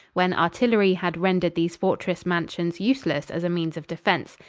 when artillery had rendered these fortress-mansions useless as a means of defense.